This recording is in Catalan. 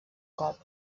cop